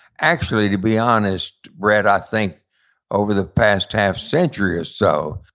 actually, to be honest, brett, i think over the past half century or so,